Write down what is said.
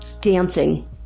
dancing